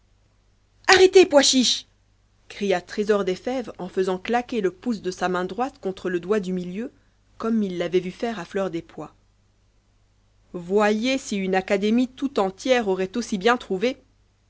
arrêtez pois chiche cria trésor des fèves en faisant claquer le pouce de sa main droite contre le doigt du milieu comme il l'avait vu faire à fleur des pois voyez si une académie tout entière aurait aussi bien trouvé